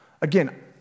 again